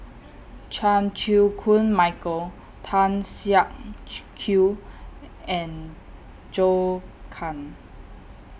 Chan Chew Koon Michael Tan Siak Kew and Zhou Can